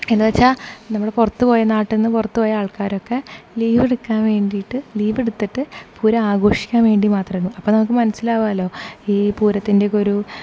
എന്നു വെച്ചാൽ നമ്മൾ പുറത്തുപോയ നാട്ടിൽ നിന്ന് പുറത്തുപോയ ആൾക്കാരൊക്കെ ലീവ് എടുക്കാൻ വേണ്ടിയിട്ട് ലീവ് എടുത്തിട്ട് പൂരം ആഘോഷിക്കാൻ വേണ്ടി മാത്രമാണ് അപ്പം നമുക്ക് മനസ്സിലാകുമല്ലോ ഈ പൂരത്തിൻ്റെ ഒക്കെ ഒരു